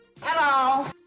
Hello